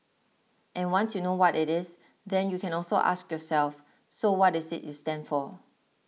and once you know what it is then you can also ask yourself so what is it you stand for